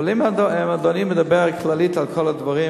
אבל אם אדוני מדבר כללית על כל הדברים,